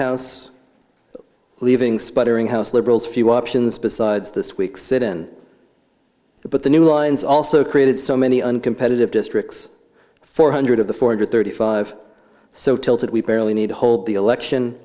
house leaving sputtering house liberals few options besides this week's sit in but the new lines also created so many uncompetitive districts four hundred of the four hundred thirty five so tilted we barely need to hold the election